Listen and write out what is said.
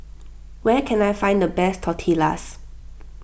where can I find the best Tortillas